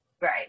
Right